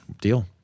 deal